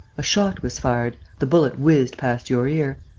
a shot was fired, the bullet whizzed past your ear.